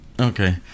Okay